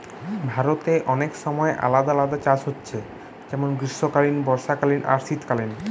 ভারতে অনেক সময় আলাদা আলাদা চাষ হচ্ছে যেমন গ্রীষ্মকালীন, বর্ষাকালীন আর শীতকালীন